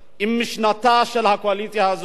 עם משנתה של הקואליציה הזאת,